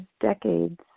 decades